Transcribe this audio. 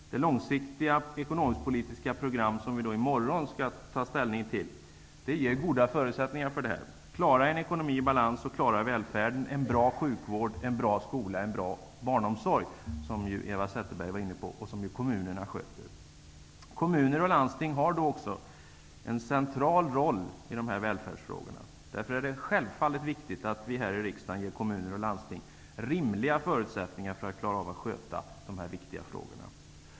Det långsiktiga ekonomisk-politiska program som vi i morgon skall ta ställning till ger goda förutsättningar för det. Det handlar om att klara en ekonomi i balans och att klara välfärden -- en bra sjukvård, en bra skola och en bra barnomsorg. Detta är ju något som kommunerna sköter om, och som också Eva Zetterberg var inne på. Kommuner och landsting har en central roll i välfärdsfrågorna. Därför är det självfallet viktigt att vi här i riksdagen ger kommuner och landsting rimliga förutsättningar att klara av att sköta dessa viktiga frågor.